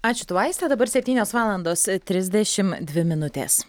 ačiū tau aiste dabar septynios valandos trisdešimt dvi minutės